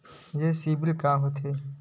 ये सीबिल का होथे?